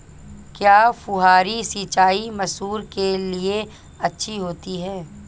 क्या फुहारी सिंचाई मसूर के लिए अच्छी होती है?